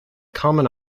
common